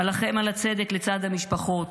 אלחם על הצדק לצד המשפחות.